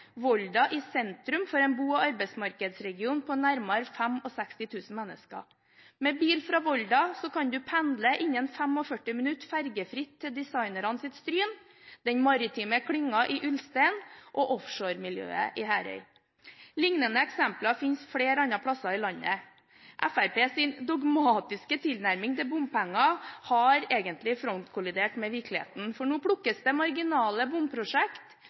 Volda i sentrum for en bo- og arbeidsmarkedsregion på nærmere 65 000 mennesker. Med bil fra Volda kan du pendle innen 45 minutter fergefritt til designeres Stryn, den maritime klynga i Ulstein og offshoremiljøet i Herøy. Liknende eksempler fins flere andre steder i landet. Fremskrittspartiets dogmatiske tilnærming til bompenger har egentlig frontkollidert med virkeligheten. Nå plukkes marginale